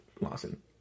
Lawson